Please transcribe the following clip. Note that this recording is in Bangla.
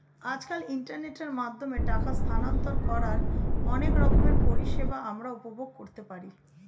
আজকাল ইন্টারনেটের মাধ্যমে টাকা স্থানান্তর করার অনেক রকমের পরিষেবা আমরা উপভোগ করতে পারি